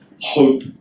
hope